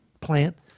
plant